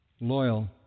Loyal